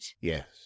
yes